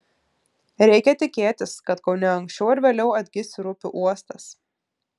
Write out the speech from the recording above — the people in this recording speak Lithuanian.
reikia tikėtis kad kaune anksčiau ar vėliau atgis ir upių uostas